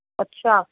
ਅੱਛਾ